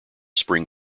spring